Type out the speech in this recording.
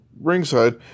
ringside